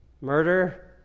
Murder